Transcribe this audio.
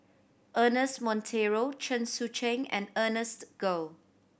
Ernest Monteiro Chen Sucheng and Ernest Goh